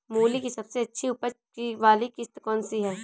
मूली की सबसे अच्छी उपज वाली किश्त कौन सी है?